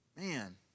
man